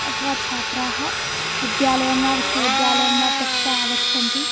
अथवा छात्राः विद्यालयं वा विश्वविद्यालयं वा त्यक्तवा आगच्छन्ति